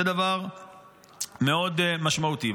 זה דבר מאוד משמעותי.